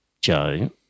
Joe